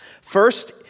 First